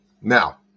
Now